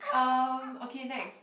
uh okay next